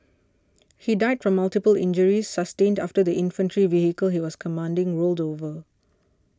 he died from multiple injuries sustained after the infantry vehicle he was commanding rolled over